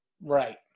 Right